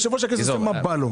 יושב-ראש הכנסת עושה מה שבא לו.